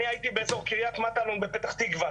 אני הייתי באזור קריית מטלון בפתח תקווה,